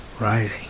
writing